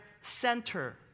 center